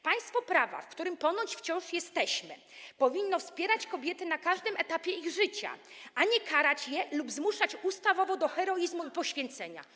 Państwo prawa, w którym ponoć wciąż jesteśmy, powinno wspierać kobiety na każdym etapie ich życia, a nie powinno karać ich lub zmuszać ustawowo do heroizmu i poświęcenia.